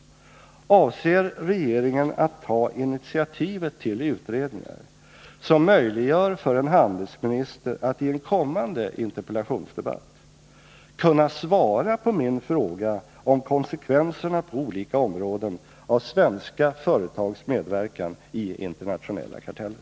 Avser regeringen att ta initiativet till utredningar som möjliggör för en handelsminister att i en kommande interpellationsdebatt svara på min fråga om konsekvenserna på olika områden av svenska företags medverkan i internationella karteller?